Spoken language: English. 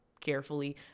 carefully